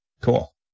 Cool